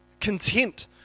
content